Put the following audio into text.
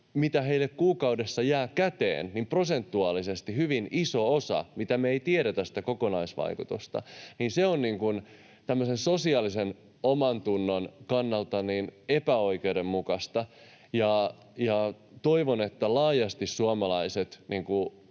mitä heille kuukaudessa jää käteen, prosentuaalisesti hyvin iso osa, mistä me ei tiedetä sitä kokonaisvaikutusta, on niin kuin tämmöisen sosiaalisen omantunnon kannalta epäoikeudenmukaista. Toivon, että laajasti suomalaiset